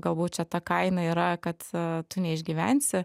galbūt čia ta kaina yra kad tu neišgyvensi